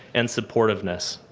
and supportiveness.